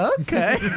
Okay